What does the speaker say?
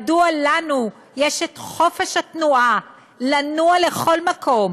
מדוע לנו יש חופש התנועה לנוע לכל מקום,